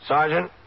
Sergeant